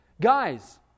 Guys